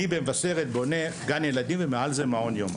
במבשרת אני בונה גן ילדים ומעליו מעון יום.